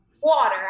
water